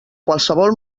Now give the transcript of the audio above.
qualsevol